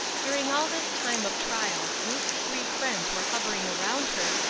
during all this time of trial ruth's three friends were hovering around her,